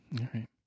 right